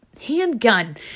handgun